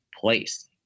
place